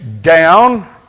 down